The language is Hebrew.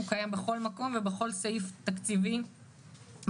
הוא קיים בכל מקום ובכל סעיף תקציבי בחוקים.